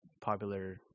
popular